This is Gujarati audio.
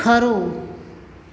ખરું